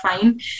fine